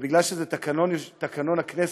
ובגלל שזה תקנון הכנסת,